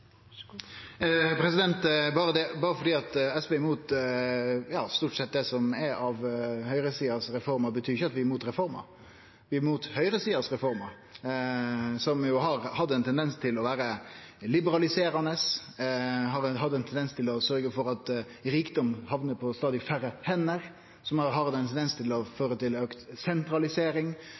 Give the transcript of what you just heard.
Berre fordi SV er imot stort sett alt som er av reformer frå høgresida, betyr ikkje det at vi er imot reformer. Vi er imot høgresidas reformer, som har hatt ein tendens til å vere liberaliserande, hatt ein tendens til å sørgje for at rikdom hamner på stadig færre hender, og som har ein tendens til å føre til auka sentralisering